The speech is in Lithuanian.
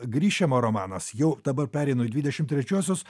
gryšemo romanas jau dabar pereinu į dvidešim trečiuosius